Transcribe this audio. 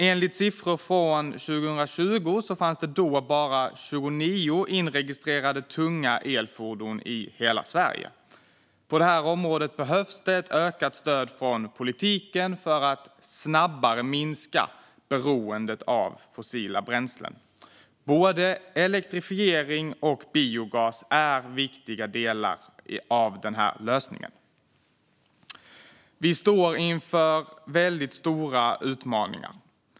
Enligt siffror från 2020 fanns det då bara 29 inregistrerade tunga elfordon i hela Sverige. På det området behövs ett ökat stöd från politiken för att snabbare minska beroendet av fossila bränslen. Både elektrifiering och biogas är viktiga delar av lösningen. Vi står inför väldigt stora utmaningar.